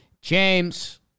James